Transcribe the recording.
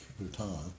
Bhutan